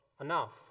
enough